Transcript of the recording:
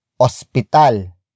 Hospital